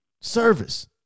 service